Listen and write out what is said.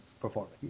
performing